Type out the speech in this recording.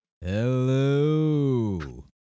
Hello